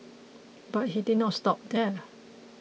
but he did not stop there